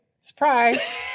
Surprise